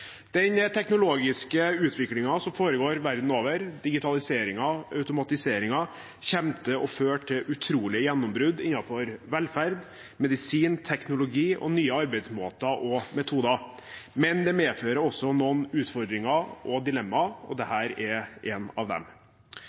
Den teknologiske utviklingen som foregår verden over – digitaliseringen, automatiseringen – kommer til å føre til utrolige gjennombrudd innenfor velferd, medisin, teknologi og nye arbeidsmåter og -metoder. Men det medfører også noen utfordringer og dilemmaer, og dette er av dem.